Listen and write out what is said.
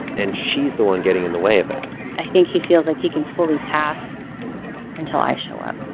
and she's the one getting in the way of that i think he feels like he can fully pass until i show up.